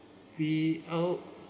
we our